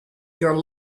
your